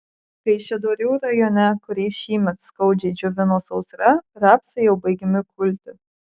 kaišiadorių rajone kurį šįmet skaudžiai džiovino sausra rapsai jau baigiami kulti